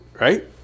Right